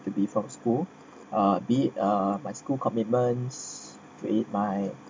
to be from school uh be uh my school commitments for trade my